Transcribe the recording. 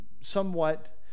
somewhat